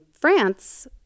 France